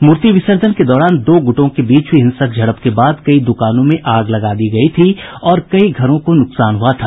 मूर्ति विसर्जन के दौरान दो गुटों के बीच हुयी हिंसक झड़प के बाद कई दुकानों में आग लगा दी गयी थी और कई घरों को नुकसान हुआ था